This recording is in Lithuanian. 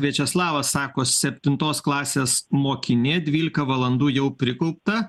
viačeslavas sako septintos klasės mokinė dvylika valandų jau prikaupta